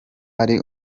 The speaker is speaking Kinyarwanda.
ari